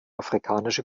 afrikanische